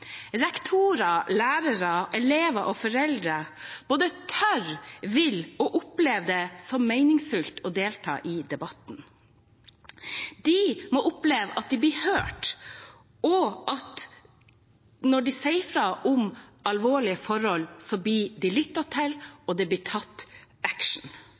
rektorer, lærere, elever og foreldre – både tør, vil og opplever det som meningsfylt å delta i debatten. De må oppleve at de blir hørt, og, når de sier fra om alvorlige forhold, at de blir lyttet til, og at det blir tatt «action». De